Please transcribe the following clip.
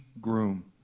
groom